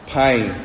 pain